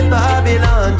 Babylon